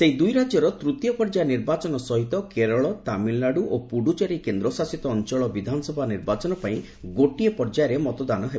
ସେହି ଦୁଇ ରାଜ୍ୟର ତୃତୀୟ ପର୍ଯ୍ୟାୟ ନିର୍ବାଚନ ସହିତ କେରଳ ତାମିଲନାଡୁ ଓ ପୁଡୁଚେରୀ କେନ୍ଦ୍ର ଶାସିତ ଅଞ୍ଚଳ ବିଧାନସଭା ନିର୍ବାଚନ ପାଇଁ ଗୋଟିଏ ପର୍ଯ୍ୟାୟରେ ମତଦାନ ହେବ